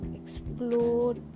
explore